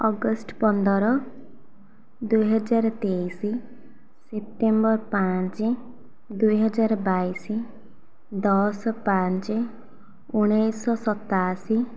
August ପନ୍ଦର ଦୁଇହଜାର ତେଇଶ ସେପ୍ଟେମ୍ବର ପାଞ୍ଚ ଦୁଇହଜାର ବାଇଶ ଦଶ ପାଞ୍ଚ ଉଣେଇଶ ସତାଅଶୀ